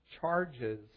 charges